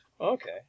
Okay